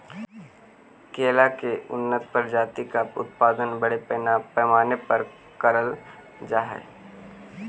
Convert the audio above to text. केला की उन्नत प्रजातियों का उत्पादन बड़े पैमाने पर करल जा हई